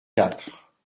quatre